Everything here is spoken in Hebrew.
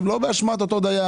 זה לא באשמת אותו דייר.